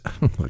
look